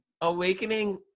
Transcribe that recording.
awakening